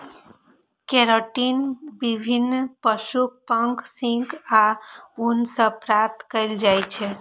keratin विभिन्न पशुक पंख, सींग आ ऊन सं प्राप्त कैल जाइ छै